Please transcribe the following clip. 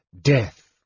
Death